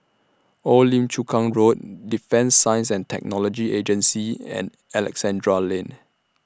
Old Lim Chu Kang Road Defence Science and Technology Agency and Alexandra Lane